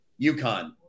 UConn